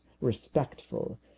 respectful